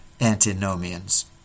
antinomians